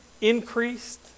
increased